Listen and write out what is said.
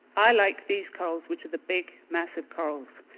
i like these corals which are the big massive corals.